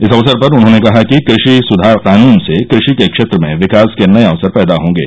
इस अवसर पर उन्होंने कहा कि कृषि सुधार कानून से कृषि के क्षेत्र में विकास के नये अवसर पैदा होंगे